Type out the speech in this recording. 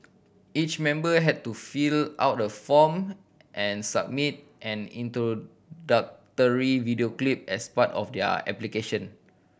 each member had to fill out a form and submit an introductory video clip as part of their application